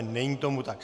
Není tomu tak.